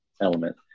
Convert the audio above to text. element